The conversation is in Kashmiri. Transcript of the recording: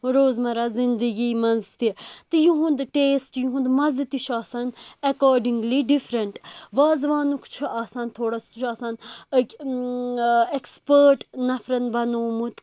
روزمَرَہ زُندَگی منٛز تہِ تہٕ یُہنٛد ٹیسٹ یُہنٛد مَزٕ تہِ چھُ آسان ایٚکاڈِنٛگلی ڈِفریٚنٹ وازوانُک چھ آسان تھوڑا سُہ چھِ آسان ٲکہِ أکِسپٲٹ نَفرَن بَنومُت